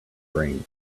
brains